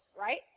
right